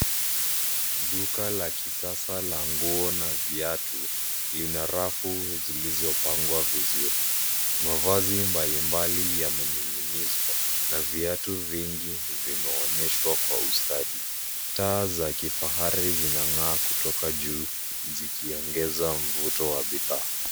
Duka la kisasa la nguo na viatu, lina rafu zilizopangwa vizuri. Mavazi mbalimbali yamening'inizwa na viatu vingi vimeonyeshwa kwa ustadi. Taa za kifahari zinang'aa kutoka juu zikiongeza mvuto wa bidhaa.